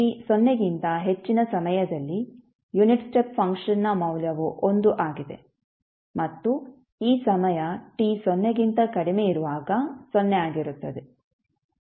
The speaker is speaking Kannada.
t ಸೊನ್ನೆಗಿಂತ ಹೆಚ್ಚಿನ ಸಮಯದಲ್ಲಿ ಯುನಿಟ್ ಸ್ಟೆಪ್ ಫಂಕ್ಷನ್ನ ಮೌಲ್ಯವು 1 ಆಗಿದೆ ಮತ್ತು ಈ ಸಮಯ t ಸೊನ್ನೆಗಿಂತ ಕಡಿಮೆ ಇರುವಾಗ ಸೊನ್ನೆ ಆಗಿರುತ್ತದೆ